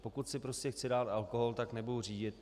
Pokud si prostě chci dát alkohol, tak nebudu řídit.